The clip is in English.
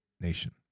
nation